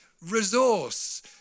resource